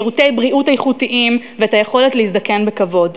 שירותי בריאות איכותיים ויכולת להזדקן בכבוד.